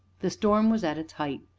the storm was at its height,